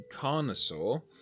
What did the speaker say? carnosaur